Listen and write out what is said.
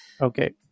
Okay